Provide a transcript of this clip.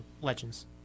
legends